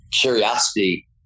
Curiosity